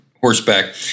horseback